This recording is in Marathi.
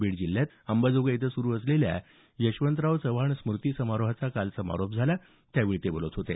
बीड जिल्ह्यात अंबाजोगाई इथं सुरू असलेल्या यशवंतराव चव्हाण स्मूती समारोहाचा काल समारोप झाला त्यावेळी ते बोलत होते